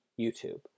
YouTube